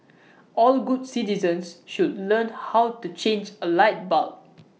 all good citizens should learn how to change A light bulb